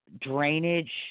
drainage